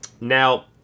Now